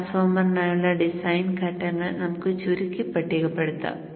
ട്രാൻസ്ഫോർമറിനായുള്ള design ഘട്ടങ്ങൾ നമുക്ക് ചുരുക്കി പട്ടികപ്പെടുത്താം